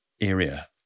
area